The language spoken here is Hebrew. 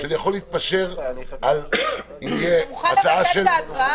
שאני יכול להתפשר --- אתה מוכן לבטל את ההתראה?